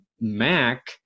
Mac